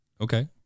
Okay